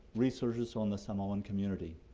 researches on the samoan community.